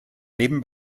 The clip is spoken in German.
neben